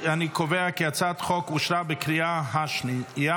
אני קובע כי הצעת החוק אושרה בקריאה השנייה.